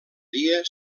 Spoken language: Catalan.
dia